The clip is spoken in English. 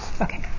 Okay